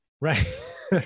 Right